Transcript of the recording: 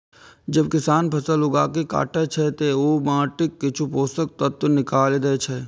जब किसान फसल उगाके काटै छै, ते ओ माटिक किछु पोषक तत्व निकालि दै छै